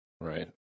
Right